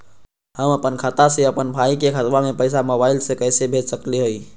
हम अपन खाता से अपन भाई के खतवा में पैसा मोबाईल से कैसे भेज सकली हई?